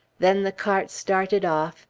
then the cart started off,